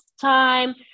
time